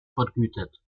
vergütet